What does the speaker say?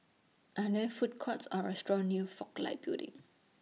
Are There Food Courts Or restaurants near Fook Lai Building